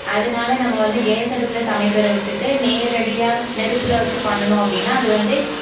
அதனால நம்ம வந்து கேஸ் அடுப்பில் சமைக்கிறதை விட்டுவிட்டு நேரடியாக நெருப்பில் வைச்சு பண்ணினோம் அப்படின்னா அது வந்து